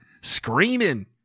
screaming